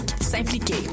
S'impliquer